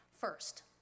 First